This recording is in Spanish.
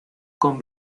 con